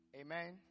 Amen